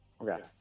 Okay